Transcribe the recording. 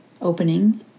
opening